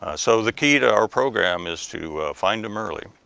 ah so the key to our program is to find em early.